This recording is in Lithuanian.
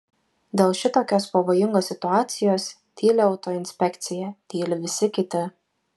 dėl šitokios pavojingos situacijos tyli autoinspekcija tyli visi kiti